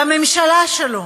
בממשלה שלו?